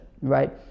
right